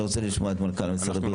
אני רוצה לשמוע את מנכ"ל משרד הבריאות.